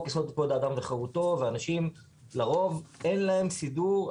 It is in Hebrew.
יסוד כבוד האדם וחירותו ואנשים לרוב אין להם סידור,